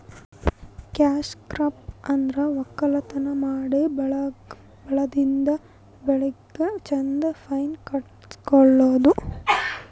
cash crop ಅಂದ್ರ ವಕ್ಕಲತನ್ ಮಾಡಿ ಬೆಳದಿದ್ದ್ ಬೆಳಿಗ್ ಚಂದ್ ಫೈದಾ ತಕ್ಕೊಳದು